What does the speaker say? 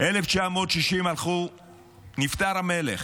ב-1960 נפטר המלך.